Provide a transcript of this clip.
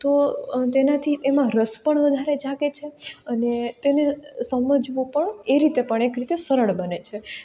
તો તેનાથી એમાં રસ પણ વધારે જાગે છે અને તેને સમજવું પણ એ રીતે એક રીતે સરળ બને છે